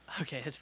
Okay